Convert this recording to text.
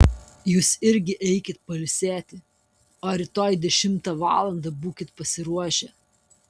jūs irgi eikit pailsėti o rytoj dešimtą valandą būkit pasiruošę